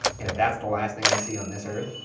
and if that's the last thing i see on this earth,